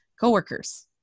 co-workers